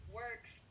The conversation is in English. works